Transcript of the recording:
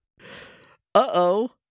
Uh-oh